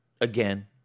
again